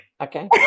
Okay